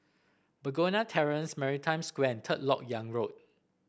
Begonia Terrace Maritime Square and Third LoK Yang Road